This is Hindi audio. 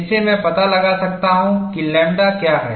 इससे मैं पता लगा सकता हूं कि लैम्ब्डा क्या है